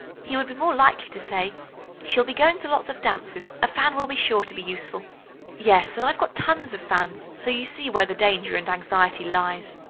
he would be more likely to say she'll be going to lots of dances, a fan will be sure to be useful yes, and i've got tons of fans, so you see where the danger and anxiety lies.